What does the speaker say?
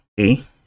Okay